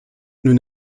nun